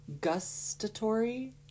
Gustatory